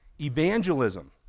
Evangelism